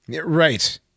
Right